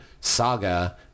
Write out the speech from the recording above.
saga